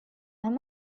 him